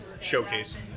showcase